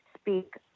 speak